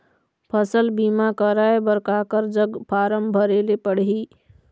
फसल बीमा कराए बर काकर जग फारम भरेले पड़ही?